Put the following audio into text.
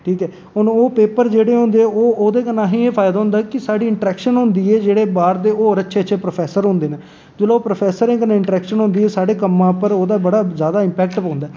ठीक ऐ हून ओह् पेपर जेह्ड़े होंदे ओह्दे कन्नै असेंगी एह् फायदा होंदा कि साढ़ी इंट्रैक्शन होंदी ऐ जेह्ड़े बाहर दे होर अच्छे अच्छे प्रोफेसर होंदे न चलो ओह् प्रोफेसरें कन्नै इंट्रेक्शन होंदी साढ़े कम्मा पर उंदा बड़ा जादा इम्पैक्ट पौंदा ऐ